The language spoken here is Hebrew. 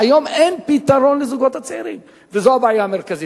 היום אין פתרון לזוגות צעירים, וזו הבעיה המרכזית.